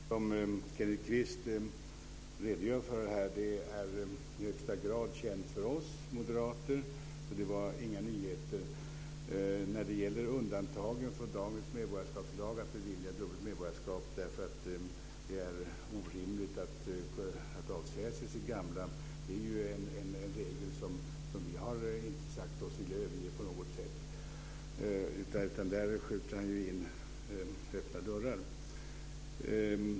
Fru talman! Det som Kenneth Kvist redogör för här är i högsta grad känt för oss moderater, så det var inga nyheter när det gäller undantagen från dagens medborgarskapslag att bevilja dubbelt medborgarskap därför att det är orimligt att avsäga sitt gamla. Det är ju en regel som vi inte har sagt oss vilja överge. Där skjuter Kenneth Kvist in öppna dörrar.